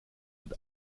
wird